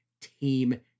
Team